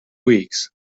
weeks